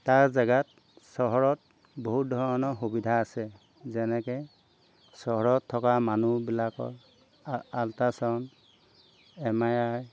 তাৰ জেগাত চহৰত বহুত ধৰণৰ সুবিধা আছে যেনেকৈ চহৰত থকা মানুহবিলাকৰ আ আল্ট্ৰাচাউণ্ড এম আৰ আই